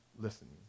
listening